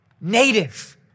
native